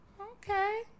Okay